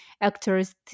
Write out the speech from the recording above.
actors